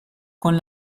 con